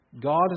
God